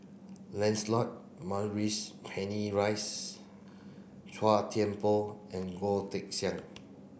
Lancelot Maurice Chua Thian Poh and Goh Teck Sian